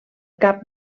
cap